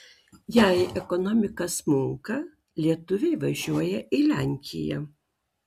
jei ekonomika smunka lietuviai važiuoja į lenkiją